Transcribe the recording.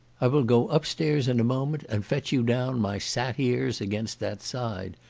i will go up stairs in a moment and fetch you down my sat-heres against that side.